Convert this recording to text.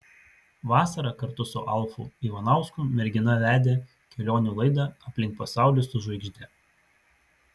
vasarą kartu su alfu ivanausku mergina vedė kelionių laidą aplink pasaulį su žvaigžde